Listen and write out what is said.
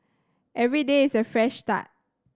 every day is a fresh start